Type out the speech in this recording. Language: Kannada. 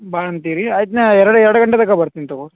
ಬಾ ಅಂತೀರಿ ಅಯಿತು ನಾ ಎರಡು ಎರಡು ಗಂಟೆಗೆ ತನಕಾ ಬರ್ತೀನಿ ತಗೋ ರಿ